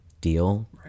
deal